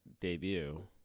debut